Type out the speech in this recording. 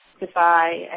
Goodbye